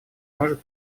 может